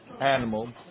animal